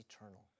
eternal